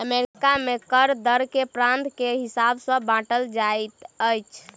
America में कर दर प्रान्त के हिसाब सॅ बाँटल अछि